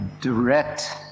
direct